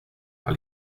par